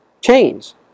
chains